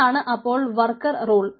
ഇതാണ് അപ്പോൾ worker role